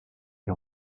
est